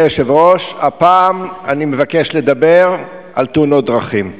היושב-ראש, הפעם אני מבקש לדבר על תאונות דרכים.